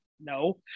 no